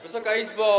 Wysoka Izbo!